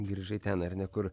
grįžai ten ar ne kur